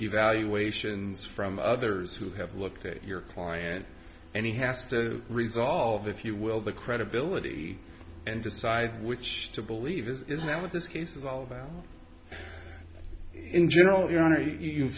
evaluations from others who have looked at your client and he has to resolve if you will the credibility and decide which to believe isn't that what this case is all about in general your honor you